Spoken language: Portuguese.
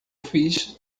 fiz